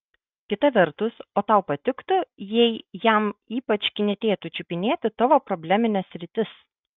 kita vertus o tau patiktų jei jam ypač knietėtų čiupinėti tavo problemines sritis